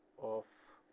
of